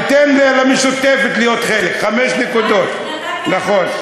ניתן למשותפת להיות חלק, חמש נקודות, נכון.